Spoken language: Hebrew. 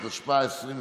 התשפ"א 2021,